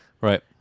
Right